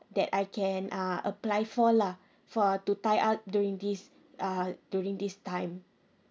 that I can uh apply for lah for a to tie up during this uh during this time